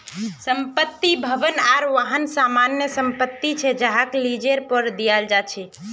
संपत्ति, भवन आर वाहन सामान्य संपत्ति छे जहाक लीजेर पर दियाल जा छे